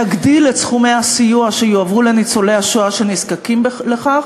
להגדיל את סכומי הסיוע שיועברו לניצולי השואה שנזקקים לכך